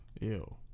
Ew